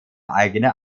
eigene